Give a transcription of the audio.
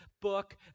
book